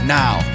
now